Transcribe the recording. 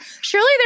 Surely